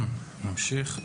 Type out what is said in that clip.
נמשיך.